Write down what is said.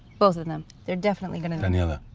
both of them. they're definitely going to. daniella.